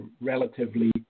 relatively